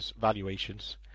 valuations